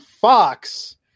Fox